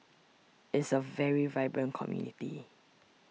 is a very vibrant community